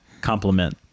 compliment